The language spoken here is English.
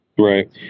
Right